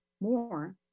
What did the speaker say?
more